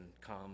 come